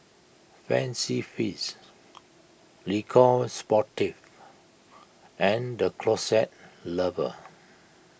Fancy Feast Le Coq Sportif and the Closet Lover